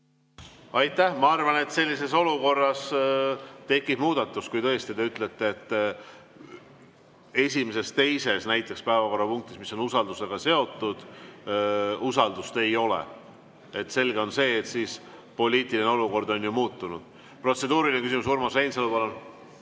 Aitäh! Ma arvan, et sellises olukorras tekib muudatus, kui tõesti, nagu te ütlete, esimeses-teises päevakorrapunktis, mis on usaldusega seotud, usaldust ei ole. Selge on see, et siis poliitiline olukord on ju muutunud. Protseduuriline küsimus, Urmas Reinsalu, palun!